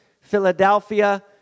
Philadelphia